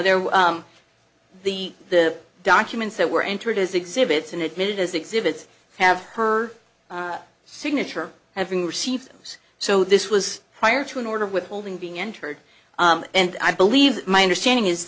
there the the documents that were entered as exhibits and admitted as exhibits have her signature having received so this was prior to an order of withholding being entered and i believe my understanding is